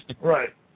Right